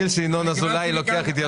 הם עושים את זה גם עם